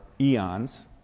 eons